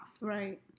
Right